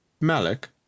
Malik